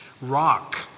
Rock